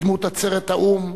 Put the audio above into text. בדמות עצרת האו"ם,